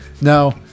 Now